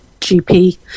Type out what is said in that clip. GP